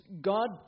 God